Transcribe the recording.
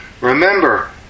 Remember